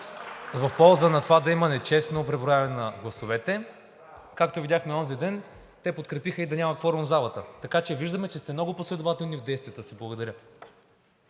в полза на това да има нечестно преброяване на гласовете. Както видяхме онзи ден, те подкрепиха и да няма кворум в залата. Така че виждаме, че сте много последователни в действията си. Благодаря.